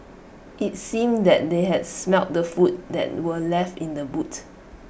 IT seemed that they had smelt the food that were left in the boot